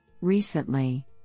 Recently